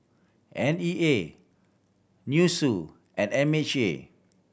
N E A NUSSU and M H A